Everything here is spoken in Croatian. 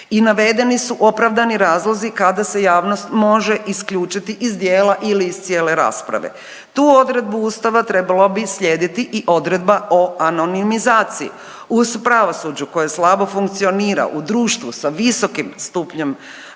i navedeni su opravdani razlozi kada se javnost može isključiti iz dijela ili iz cijele rasprave. Tu odredbu Ustava trebala bi slijediti i odredba o anonimizaciji. Uz pravosuđu koje slabo funkcionira u društvu sa visokim stupnjem